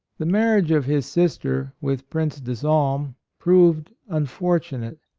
the marriage of his sister with prince de salm proved unfortu nate.